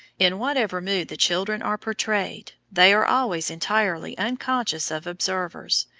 in whatever mood the children are portrayed, they are always entirely unconscious of observers,